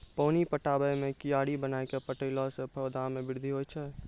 पानी पटाबै मे कियारी बनाय कै पठैला से पौधा मे बृद्धि होय छै?